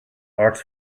arts